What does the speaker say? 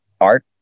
art